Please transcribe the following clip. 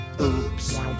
oops